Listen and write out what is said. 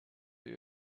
you